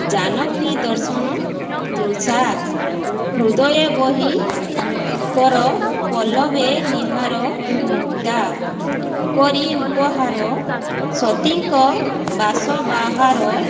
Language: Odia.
ଜାନକୀ ଦର୍ଶନ ତୃଷା ହୃଦୟେ ବହି କର ପଲ୍ଳବେ ନୀହାର ମୁକ୍ତା କରି ଉପହାର ସତୀଙ୍କ ବାସ ବାହାର